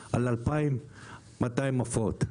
על 2,200 עופות,